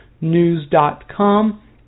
news.com